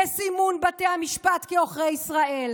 לסימון בתי המשפט כעוכרי ישראל,